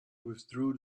withdrew